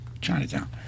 Chinatown